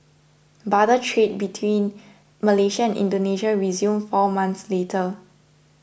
barter trade between Malaysia and Indonesia resumed four months later